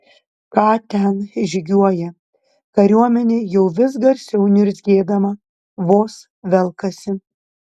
ką ten žygiuoja kariuomenė jau vis garsiau niurzgėdama vos velkasi